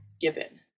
Given